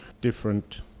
different